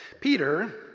Peter